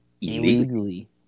Illegally